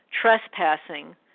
trespassing